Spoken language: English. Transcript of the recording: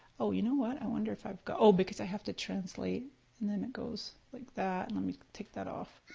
oh, you know what, i wonder if i've got, oh, because i have to translate and then it goes like that, and let me take that off.